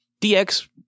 DX